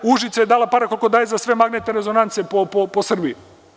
U Užice je dala para koliko daje za sve magnetne rezonance po Srbiji.